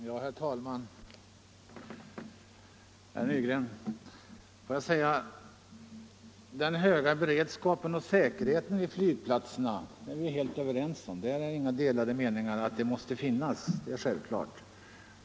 Herr talman! Den höga säkerhetsberedskapen vid flygplatserna är vi helt överens om, herr Nygren. Att den måste finnas är ju självklart.